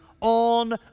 on